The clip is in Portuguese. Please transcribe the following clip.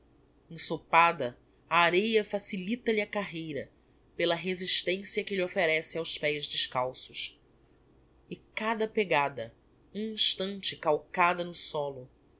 ensopada a areia facilita lhe a carreira pela resistencia que lhe offerece aos pés descalços e cada pegada um instante calcada no solo